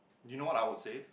you know what I would save